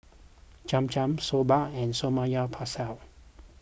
Cham Cham Soba and Samgeyopsal